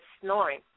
snoring